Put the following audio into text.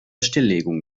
stilllegung